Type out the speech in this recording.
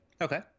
okay